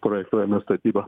projektuojame statybą